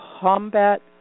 combat